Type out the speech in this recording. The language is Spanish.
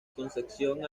concepción